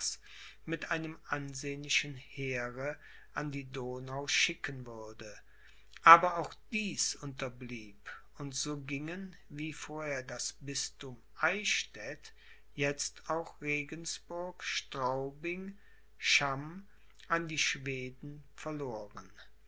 mit einem ansehnlichen heere an die donau schicken würde aber auch dies unterblieb und so gingen wie vorher das bisthum eichstädt jetzt auch regensburg straubing cham an die schweden verloren